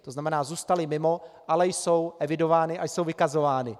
To znamená, zůstaly mimo, ale jsou evidovány a jsou vykazovány.